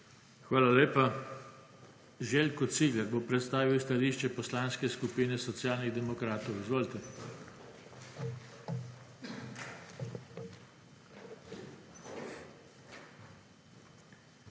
Hvala lepa. Željko Cigler bo predstavil stališče poslanske skupine Socialnih demokratov. Izvolite.